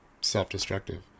self-destructive